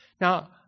Now